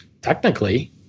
Technically